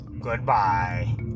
Goodbye